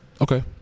Okay